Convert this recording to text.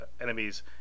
enemies